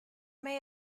may